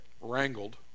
wrangled